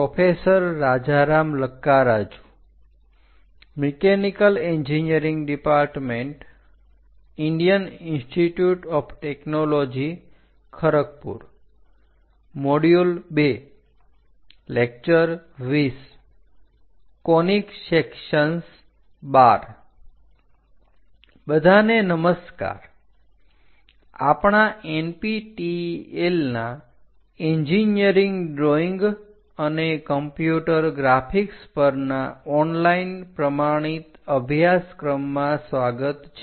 બધાને નમસ્કાર આપણાં NPTEL ના એન્જીનિયરીંગ ડ્રોઈંગ અને કમ્યુટર ગ્રાફિક્સ પરના ઓનલાઈન પ્રમાણિત અભ્યાસક્રમમાં સ્વાગત છે